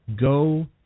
go